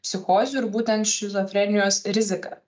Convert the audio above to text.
psichozių ir būtent šizofrenijos rizika